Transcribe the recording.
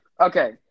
okay